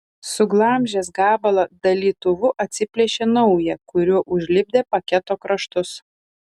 suglamžęs gabalą dalytuvu atsiplėšė naują kuriuo užlipdė paketo kraštus